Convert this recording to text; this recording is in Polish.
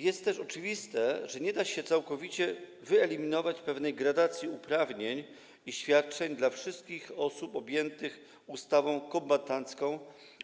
Jest też oczywiste, że nie da się całkowicie wyeliminować pewnej gradacji uprawnień i świadczeń dla wszystkich osób objętych ustawą kombatancką